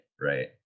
right